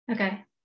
Okay